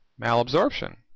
malabsorption